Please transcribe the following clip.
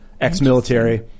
ex-military